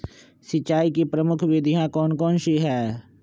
सिंचाई की प्रमुख विधियां कौन कौन सी है?